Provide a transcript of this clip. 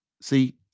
See